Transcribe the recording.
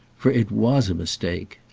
for it was a mistake.